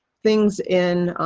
things in